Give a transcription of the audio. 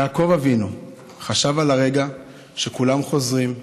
יעקב אבינו חשב על הרגע שכולם חוזרים רעבים,